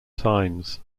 times